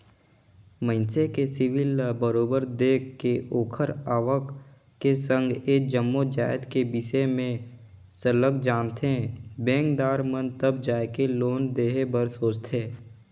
मइनसे के सिविल ल बरोबर देख के ओखर आवक के संघ ए जम्मो जाएत के बिसे में सरलग जानथें बेंकदार मन तब जाएके लोन देहे बर सोंचथे